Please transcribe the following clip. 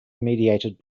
mediated